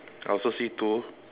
I also see two